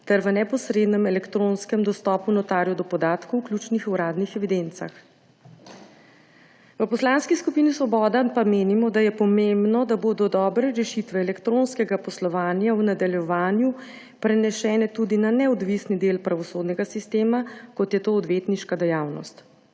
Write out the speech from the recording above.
ter v neposrednem elektronskem dostopu notarjev do podatkov v ključnih uradnih evidencah. V Poslanski skupini Svoboda pa menimo, da je pomembno, da bodo dobre rešitve elektronskega poslovanja v nadaljevanju prenesene tudi na neodvisni del pravosodnega sistema, kot je odvetniška dejavnost.